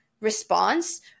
response